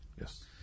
Yes